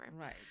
Right